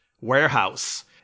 warehouse